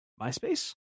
Myspace